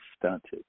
stunted